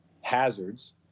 hazards